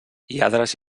lladres